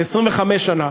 25 שנה,